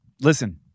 Listen